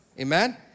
Amen